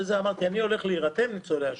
אמרתי: אני הולך להירתם לניצולי השואה.